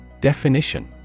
Definition